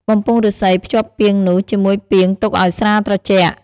បំពង់ឫស្សីភ្ជាប់ពាងនោះជាមួយពាងទុកឱ្យស្រាត្រជាក់។